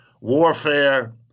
warfare